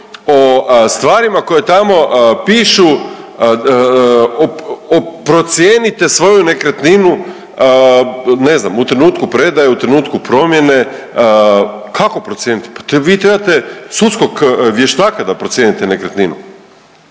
o stvarima koje tamo pišu, procijenite svoju nekretninu, ne znam, u trenutku predaje, u trenutku promjene, kako procijeniti? Pa vi trebate sudskog vještaka da procijenite nekretninu.